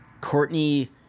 Courtney